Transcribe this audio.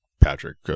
Patrick